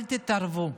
אל תתערבו.